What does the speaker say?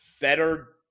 better